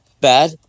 bad